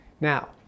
Now